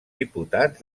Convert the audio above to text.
diputats